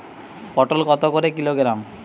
পটল কত করে কিলোগ্রাম?